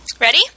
Ready